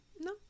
No